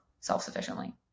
self-sufficiently